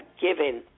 given